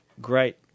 great